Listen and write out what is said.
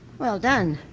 well done,